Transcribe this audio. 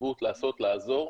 בהתנדבות לעשות לעזור,